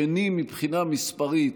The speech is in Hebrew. הוא שני מבחינה מספרית